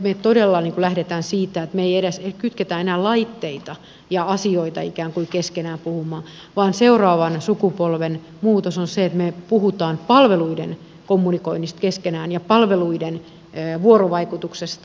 me todella lähdemme siitä että me emme edes kytke enää laitteita ja asioita ikään kuin keskenään puhumaan vaan seuraavan sukupolven muutos on se että me puhumme palveluiden kommunikoinnista keskenään ja palveluiden vuorovaikutuksesta